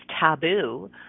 taboo